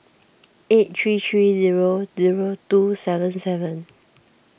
eight three three zero zero two seven seven